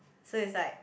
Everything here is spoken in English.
so is like